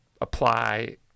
apply